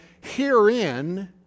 herein